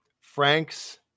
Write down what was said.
frank's